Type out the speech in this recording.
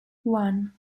one